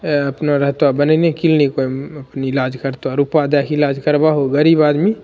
एँ अपना रहतो बनेने किलनिक परमे इलाज करतो रुपा दएके इलाज करबाहो गरीब आदमी